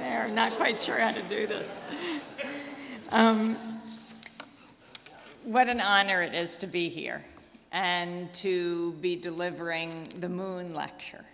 they're not quite sure how to do this what an honor it is to be here and to be delivering the moon lecture